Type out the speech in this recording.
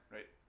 Right